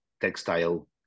textile